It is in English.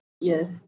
Yes